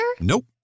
Nope